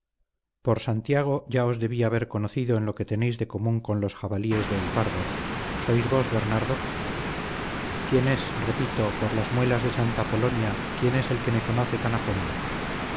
por santiago ya os debía haber conocido en lo que tenéis de común con los jabalíes de el pardo sois vos bernardo quién es repito por las muelas de santa polonia quién es el que me conoce tan a fondo